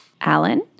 Alan